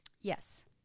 Yes